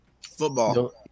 football